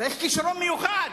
צריך כשרון מיוחד.